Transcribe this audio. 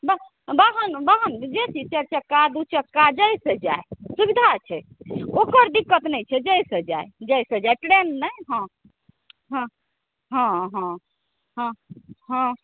वाहन वाहन जे चीज चारि चक्का दू चक्का जाहिसँ जाइ सुविधा छै ओकर दिक्कत नहि छै जाहिसँ जाइ जाहिसँ जाइ ट्रेन नहि हँ हँ हँ हँ हँ